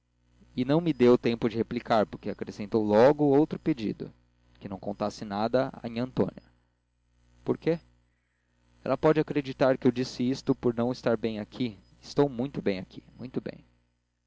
não me deu tempo de replicar porque acrescentou logo outro pedido que não contasse nada a nhãtônia por quê ela pode acreditar que eu disse isto por não estar bem aqui e eu estou muito bem aqui muito bem